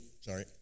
Sorry